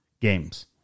games